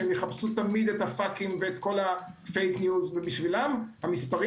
שהם יחפשו את הפאקים ואת הפייק ניוז ומבחינתם המספרים